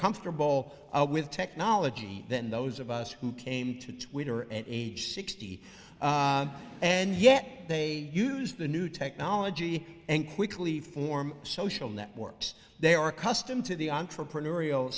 comfortable with technology than those of us who came to or at age sixty and yet they use the new technology and quickly form social networks they are custom to the entrepreneurial